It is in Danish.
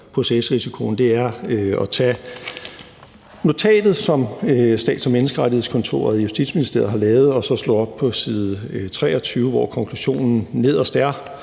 procesrisikoen, er at tage det notat, som Stats- og Menneskerettighedskontoret i Justitsministeriet har lavet, og slå op på side 23, hvor konklusionen står